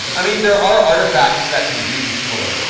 i mean there are artifacts that can do similar